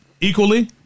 Equally